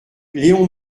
léon